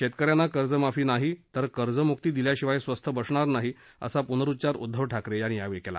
शेतकऱ्यांना कर्जमाफी नाही तर कर्ज मुक्ती दिल्याशिवाय स्वस्थ बसणार नाही असा पुनरुच्चार उद्दव ठाकरे यांनी यावेळी केला